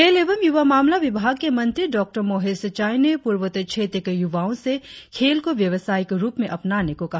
खेल एवं यूवा मामला विभाग के मंत्री डाँ मोहेश चाइ ने पूर्वोत्तर क्षेत्र के यूवाओ से खेल को व्यवसायिक रुप में अपनाने को कहा